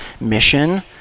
mission